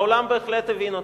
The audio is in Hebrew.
העולם בהחלט הבין אותנו.